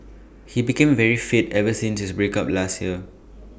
he became very fit ever since his break up last year